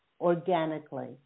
organically